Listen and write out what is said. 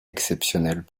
exceptionnelles